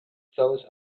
those